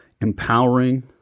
empowering